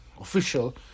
official